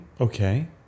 okay